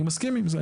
אני מסכים עם זה.